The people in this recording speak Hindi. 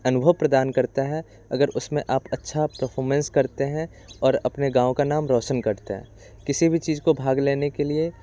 अनुभव प्रदान करता है अगर उसमें आप अच्छा परफोर्मेंस करते हैं और अपने गाँव का नाम रोशन करते हैं किसी भी चीज़ को भाग लेने के लिए